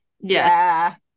Yes